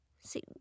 See